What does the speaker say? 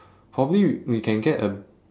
probably we we can get a